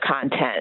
content